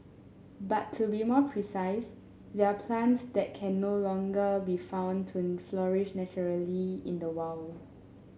but to be more precise they're plants that can no longer be found to flourish naturally in the wild